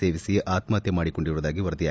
ಸೇವಿಸಿ ಆತ್ನಹತ್ಯೆ ಮಾಡಿಕೊಂಡಿರುವುದಾಗಿ ವರದಿಯಾಗಿದೆ